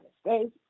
States